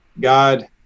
God